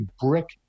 brick